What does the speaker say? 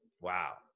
Wow